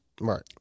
right